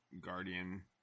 guardian